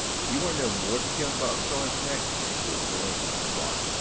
if you want to know more details about starling connect, take a look at the link on the slide.